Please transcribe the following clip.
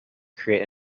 create